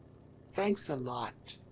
thanks a lot!